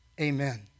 Amen